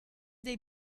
dei